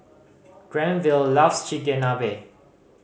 Granville loves Chigenabe